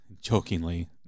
jokingly